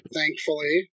Thankfully